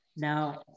Now